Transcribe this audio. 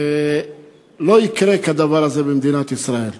ולא יקרה כדבר הזה במדינת ישראל.